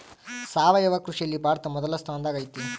ಸಾವಯವ ಕೃಷಿಯಲ್ಲಿ ಭಾರತ ಮೊದಲ ಸ್ಥಾನದಾಗ್ ಐತಿ